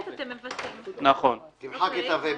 ולא (ב).